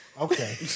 Okay